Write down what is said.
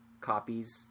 copies